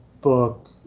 book